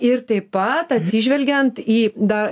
ir taip pat atsižvelgiant į da